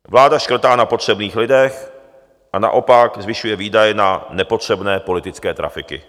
Vláda škrtá na potřebných lidech a naopak zvyšuje výdaje na nepotřebné politické trafiky.